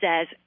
says